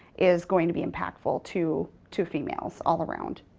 is going to be impactful to to females all around.